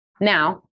Now